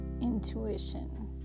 intuition